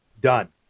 Done